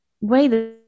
wait